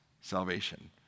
salvation